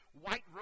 white